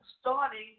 starting